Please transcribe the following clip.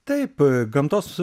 taip gamtos